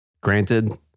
granted